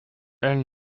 elle